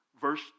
verse